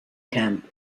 camp